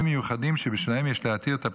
מיוחדים שבשלהם יש להתיר את הפיטורים,